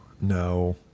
No